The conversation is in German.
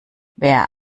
wer